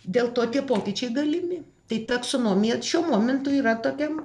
dėl to tie pokyčiai galimi tai taksonomija šiuo momentu yra tokiam